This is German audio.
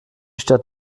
stadt